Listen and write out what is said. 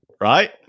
Right